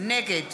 נגד